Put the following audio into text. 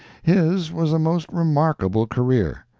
his was a most remarkable career,